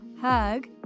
hug